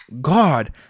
God